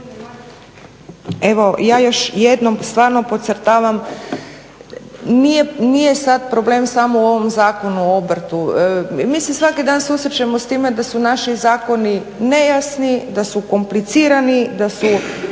Evo ja još jednom stvarno podcrtavam, nije sad problem samo o ovom Zakonu o obrtu. Mi se svaki dan susrećemo s time da su naši zakoni nejasni, da su komplicirani, da su